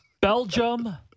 Belgium